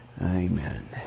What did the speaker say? Amen